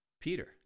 Peter